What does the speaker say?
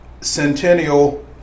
Centennial